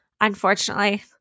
Unfortunately